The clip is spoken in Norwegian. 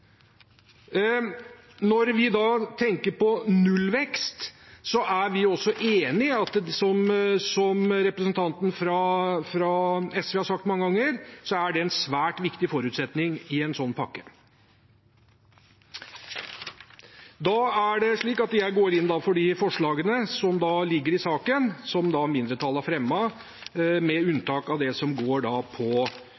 Når vi tenker på nullvekst, er vi enig i, som representanten fra SV har sagt mange ganger, at det er en svært viktig forutsetning i en sånn pakke. Jeg går da inn for de forslagene som mindretallet har fremmet i saken, med unntak av det som